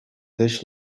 dish